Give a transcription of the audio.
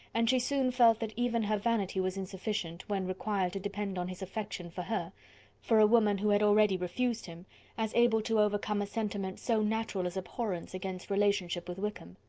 and she soon felt that even her vanity was insufficient, when required to depend on his affection for her for a woman who had already refused him as able to overcome a sentiment so natural as abhorrence against relationship with wickham.